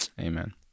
amen